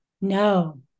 No